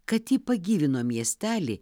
kad ji pagyvino miestelį